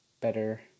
better